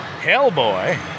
Hellboy